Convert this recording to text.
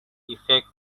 effect